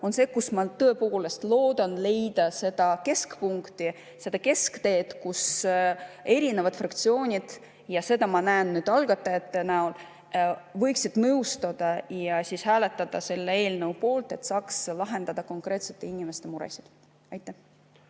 on see, kus ma tõepoolest loodan leida seda keskpunkti, seda keskteed, kus erinevad fraktsioonid – ja seda ma näen nüüd algatajate näol – võiksid nõustuda ja hääletada selle eelnõu poolt, et saaks lahendada konkreetsete inimeste muresid. Nii.